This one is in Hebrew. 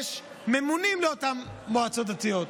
יש ממונים לאותן מועצות דתיות,